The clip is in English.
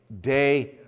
day